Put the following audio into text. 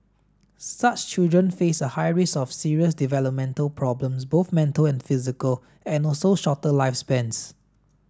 such children face a high risk of serious developmental problems both mental and physical and also shorter lifespans